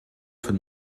von